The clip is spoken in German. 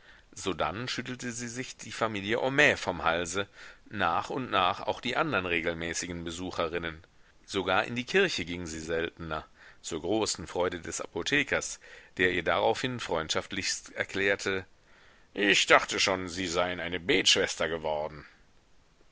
sodann schüttelte sie sich die familie homais vom halse nach und nach auch die andern regelmäßigen besucherinnen sogar in die kirche ging sie seltener zur großen freude des apothekers der ihr daraufhin freundschaftlichst erklärte ich dachte schon sie seien eine betschwester geworden